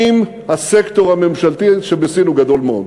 עם הסקטור הממשלתי שבסין הוא גדול מאוד,